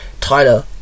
Tyler